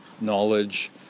knowledge